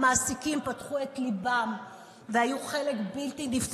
ויש לנו אנשים שמטפלים בילדים האלה,